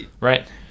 right